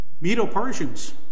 Medo-Persians